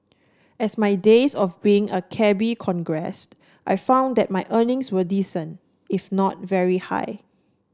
as my days of being a cabby crogressed I found that my earnings were decent if not very high